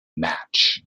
match